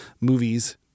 movies